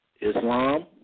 Islam